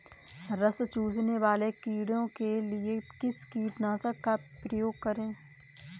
रस चूसने वाले कीड़े के लिए किस कीटनाशक का प्रयोग करें?